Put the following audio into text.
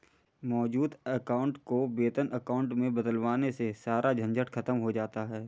मौजूद अकाउंट को वेतन अकाउंट में बदलवाने से सारा झंझट खत्म हो जाता है